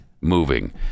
moving